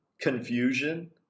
confusion